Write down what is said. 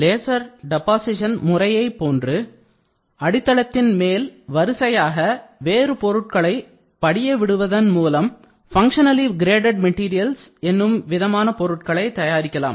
laser deposition முறையைப் போன்று அடித்தளத்தின் மேல் வரிசையாக வேறு பொருட்களை படிய விடுவதன் மூலம் பங்க்ஷனலி கிரேடட் மெட்டீரியல்ஸ் என்னும் விதமான பொருட்களை தயாரிக்கலாம்